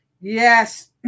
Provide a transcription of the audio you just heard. Yes